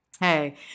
hey